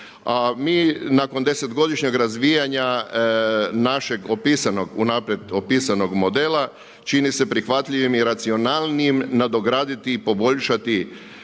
a mi nakon desetogodišnjeg razvijanja našeg opisanog, unaprijed opisanog modela čini se prihvatljivim i racionalnijim nadograditi i poboljšati